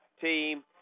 team